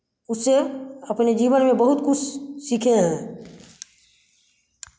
उससे अपने जीवन में बहुत कुछ सीखे हैं